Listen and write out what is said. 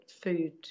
food